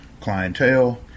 clientele